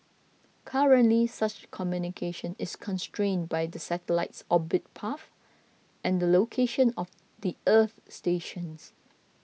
currently such communication is constrained by the satellite's orbit path and the location of the earth stations